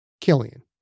Killian